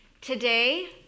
Today